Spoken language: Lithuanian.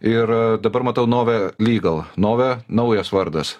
ir dabar matau nove lygal nove naujas vardas